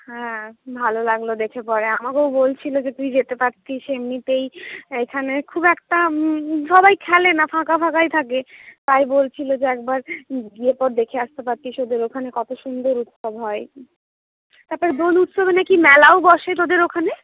হ্যাঁ ভালো লাগলো দেখে পরে আমাকেও বলছিল তুই যেতে পারতিস এমনিতেই এখানে খুব একটা সবাই খেলে না ফাঁকা ফাঁকাই থাকে তাই বলছিল যে একবার গিয়ে তো দেখে আসতে পারতিস ওদের ওখানে কত সুন্দর উৎসব হয় তারপর দোল উৎসবে নাকি মেলাও বসে তোদের ওইখানে